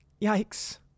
Yikes